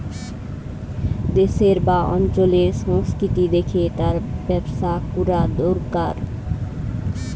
দেশের বা অঞ্চলের সংস্কৃতি দেখে তার ব্যবসা কোরা দোরকার